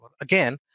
Again